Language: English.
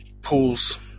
pools